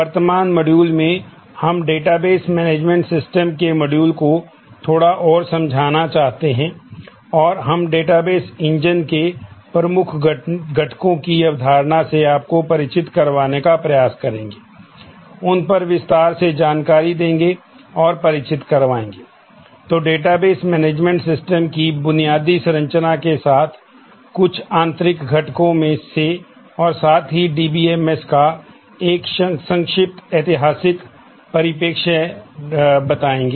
वर्तमान मॉड्यूल का एक संक्षिप्त ऐतिहासिक परिप्रेक्ष्य प्रस्तुत करेंगे